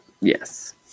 yes